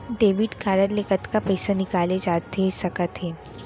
Debit card ले कतका पइसा निकाले जाथे सकत हे?